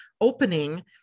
opening